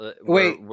Wait